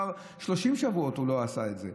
30 שבועות הוא לא עשה את זה.